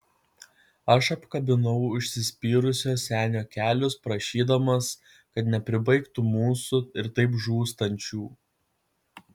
aš apkabinau užsispyrusio senio kelius prašydamas kad nepribaigtų mūsų ir taip žūstančių